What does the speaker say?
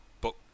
book